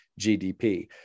GDP